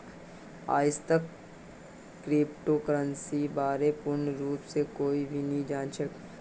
आईजतक क्रिप्टो करन्सीर बा र पूर्ण रूप स कोई भी नी जान छ